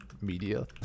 media